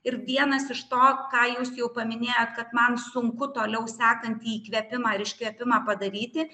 ir vienas iš to ką jūs jau paminėjot kad man sunku toliau sekantį įkvėpimą ir iškvėpimą padaryti